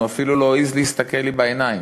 הוא אפילו לא העז להסתכל לי בעיניים.